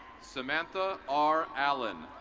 samantha r. allen.